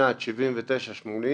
בשנת 79'-80',